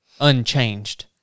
unchanged